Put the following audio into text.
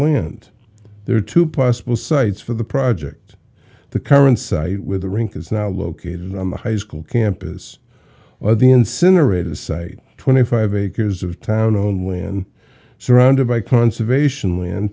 land there are two possible sites for the project the current site with the rink is now located on the high school campus or the incinerator site twenty five acres of town known when surrounded by conservation and